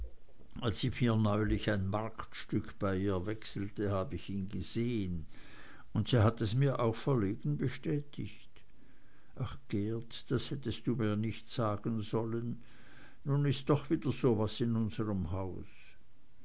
als ich mir neulich ein markstück bei ihr wechselte hab ich ihn gesehen und sie hat es mir auch verlegen bestätigt ach geert das hättest du mir nicht sagen sollen nun ist doch wieder so was in unserm hause